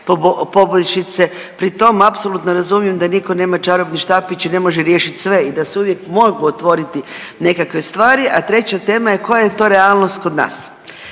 poboljšice, pri tom apsolutno razumijem da niko nema čarobni štapić i ne može riješit sve i da se uvijek mogu otvoriti nekakve stvari, a treća tema je koja je to realnost kod nas.